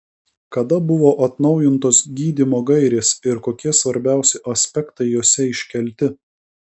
kada buvo atnaujintos gydymo gairės ir kokie svarbiausi aspektai jose iškelti